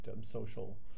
social